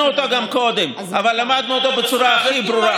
שלום בלי